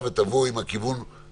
הממשלה יודעת לצפות,